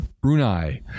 Brunei